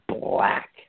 black